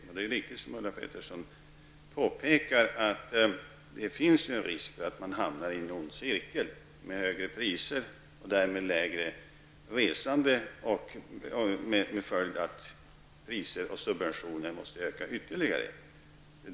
Det är riktigt, som Ulla Pettersson påpekar, att det finns en risk för att man hamnar i en ond cirkel med högre priser och därmed lägre resande, vilket får till följd att priser och subventioner måste öka ytterligare.